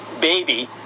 baby